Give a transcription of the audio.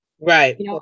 Right